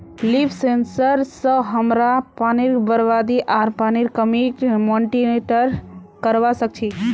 leaf sensor स हमरा पानीर बरबादी आर पानीर कमीक मॉनिटर करवा सक छी